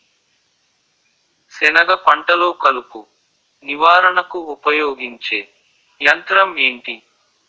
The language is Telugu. సెనగ పంటలో కలుపు నివారణకు ఉపయోగించే యంత్రం ఏంటి?